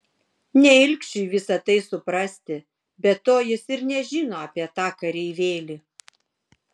ne ilgšiui visa tai suprasti be to jis ir nežino apie tą kareivėlį